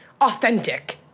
authentic